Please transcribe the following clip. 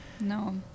No